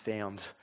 found